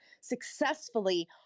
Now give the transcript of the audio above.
successfully